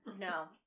no